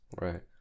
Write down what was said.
Right